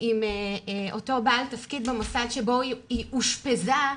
עם אותו בעל תפקיד במוסד שבו היא אושפזה,